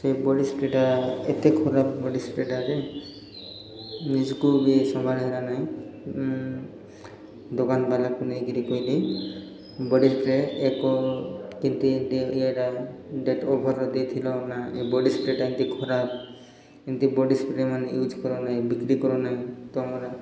ସେ ବଡ଼ି ସ୍ପ୍ରେଟା ଏତେ ଖରାପ ବଡ଼ି ସ୍ପ୍ରେଟା ଯେ ନିଜକୁ ବି ସମ୍ଭାଳ ହେଲା ନାହିଁ ଦୋକାନବାଲାକୁ ନେଇକିରି କହିଲେ ବଡ଼ି ସ୍ପ୍ରେ ଏକ କିନ୍ତୁ ଇଏଟା ଡେଟ୍ ଓଭର୍ ଦେଇଥିଲ ନା ଏ ବଡ଼ି ସ୍ପ୍ରେଟା ଏମିତି ଖରାପ ଏମିତି ବଡ଼ି ସ୍ପ୍ରେ ମାନେ ୟୁଜ୍ କର ନାହିଁ ବିକ୍ରି କର ନାହିଁ ତମର